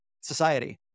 society